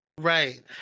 Right